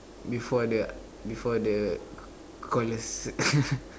before the before the cordless